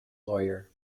lawyer